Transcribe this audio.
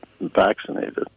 vaccinated